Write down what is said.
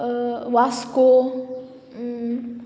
Vasco